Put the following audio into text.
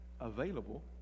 available